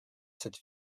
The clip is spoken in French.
cette